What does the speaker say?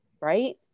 right